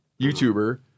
youtuber